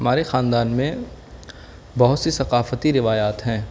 ہمارے خاندان میں بہت سی ثقافتی روایات ہیں